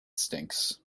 stinks